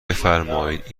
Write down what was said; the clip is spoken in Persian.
بفرمایید